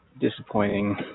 disappointing